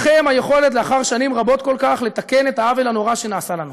לכם היכולת לאחר שנים רבות כל כך לתקן את העוול הנורא שנעשה לנו.